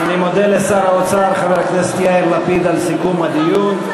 אני מודה לשר האוצר חבר הכנסת יאיר לפיד על סיכום הדיון.